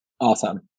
Awesome